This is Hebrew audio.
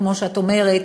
כמו שאת אומרת,